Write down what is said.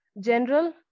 general